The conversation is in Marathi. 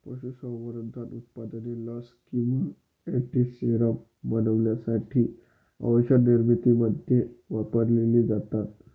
पशुसंवर्धन उत्पादने लस किंवा अँटीसेरम बनवण्यासाठी औषधनिर्मितीमध्ये वापरलेली जातात